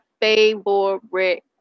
favorite